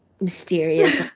mysterious